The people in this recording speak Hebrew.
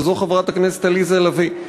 וזאת חברת הכנסת עליזה לביא,